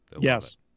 Yes